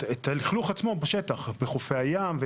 את הלכלוך בשטח בחופי הים.